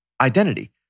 identity